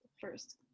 first